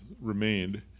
remained